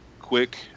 quick